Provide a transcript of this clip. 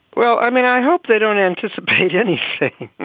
well, i mean, i hope they don't anticipate anything.